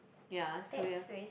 ya so ya